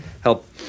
help